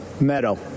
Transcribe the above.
Meadow